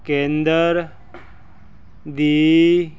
ਕੇਂਦਰ ਦੀ